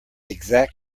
exact